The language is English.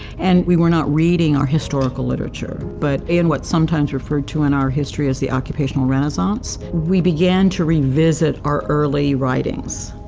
and we were not reading our historical literature. but in what's sometimes referred to in our history as the occupational renaissance, we began to revisit our early writings.